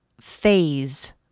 phase